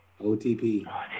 OTP